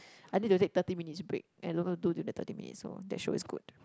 I need to take thirty minutes break and don't know do during that thirty minutes so that show is good